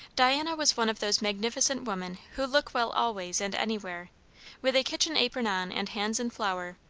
diana was one of those magnificent women who look well always and anywhere with a kitchen apron on and hands in flour,